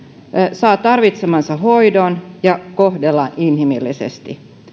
saa tarvitsemansa hoidon ja häntä kohdellaan inhimillisesti